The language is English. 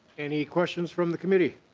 any questions from the committee?